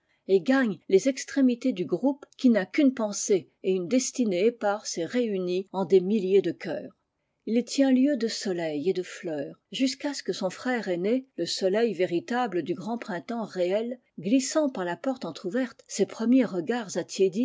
et gagne les extrémités du groupe qui n'a qu'une pensée et une destinée éparse et réunie en des milliers de cœurs il tient lieu de soleil et de fleurs jusqu'à ce que son frère aîné le soleil véritable du grand printemps réel glissant par la porte entr'ouverte ses premiers regards